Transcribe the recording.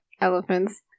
elephants